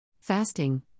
Fasting